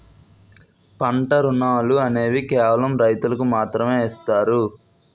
పంట రుణాలు అనేవి కేవలం రైతులకు మాత్రమే ఇస్తారు